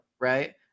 Right